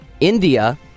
India